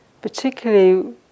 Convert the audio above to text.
particularly